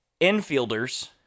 infielders